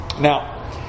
Now